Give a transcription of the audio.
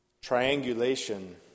Triangulation